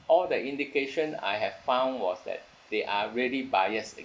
all the indication I have found was that they are really biased